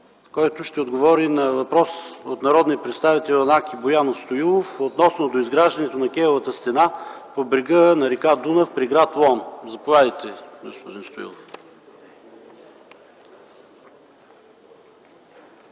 който ще отговори на въпрос от народния представител Янаки Боянов Стоилов относно доизграждането на кейовата стена по брега на р. Дунав при гр. Лом. Заповядайте, господин Стоилов.